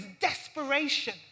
desperation